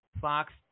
Fox